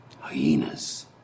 Hyenas